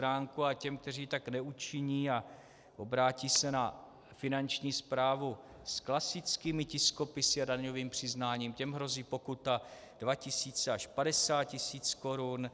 A těm, kteří tak neučiní a obrátí se na Finanční správu s klasickými tiskopisy a daňovým přiznáním, těm hrozí pokuta 2 tisíce až 50 tisíc korun.